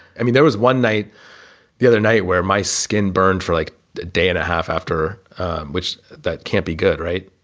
i mean, there was one night the other night where my skin burned for like a day and a half after which that can't be good, right?